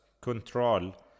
control